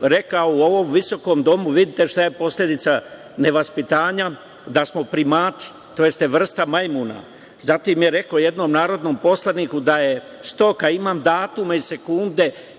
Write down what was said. rekao u ovom visokom Domu, vidite šta je posledica nevaspitanja, da smo primati tj. vrsta majmuna. Zatim je rekao jednom narodnom poslaniku da je stoka, imam datume i sekunde